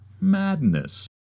Madness